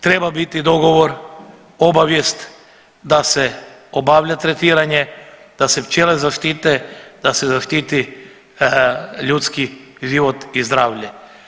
Treba biti dogovor, obavijest da se obavlja tretiranje, da se pčele zaštite, da se zaštiti ljudski život i zdravlje.